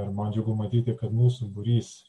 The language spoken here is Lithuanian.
ir man džiugu matyti kad mūsų būrys